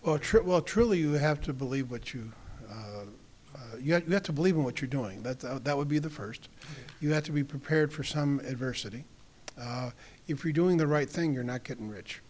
treat well truly you have to believe what you yet not to believe in what you're doing that that would be the first you have to be prepared for some adversity if you're doing the right thing you're not getting rich